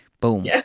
Boom